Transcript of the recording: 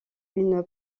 une